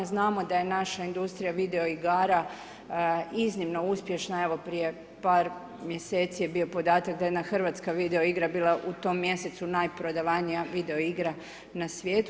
Znamo da je naša industrija videoigara iznimno uspješna, evo prije par mjeseci je bio podatak da je jedna hrvatska videoigra bila u tom mjesecu najprodavanija videoigra na svijetu.